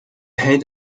head